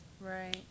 right